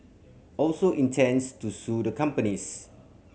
also intends to sue the companies